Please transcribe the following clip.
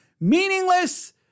Meaningless